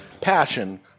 Passion